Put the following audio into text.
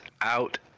out